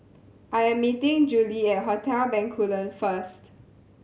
I am meeting Juli at Hotel Bencoolen first